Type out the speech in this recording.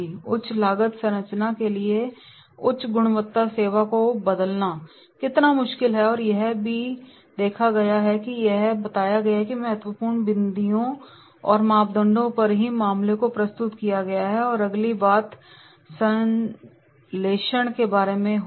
उच्च लागत संरचना के लिए उच्च गुणवत्ता सेवा को बदलना कितना मुश्किल होगा यह भी देखा गया है इसलिए यह बताया गया है कि महत्वपूर्ण बिंदुओं और मापदंडों पर ही मामले को प्रस्तुत किया गया है अगली बात संश्लेषण के बारे में होगी